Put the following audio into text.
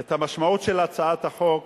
את המשמעות של הצעת החוק,